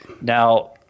Now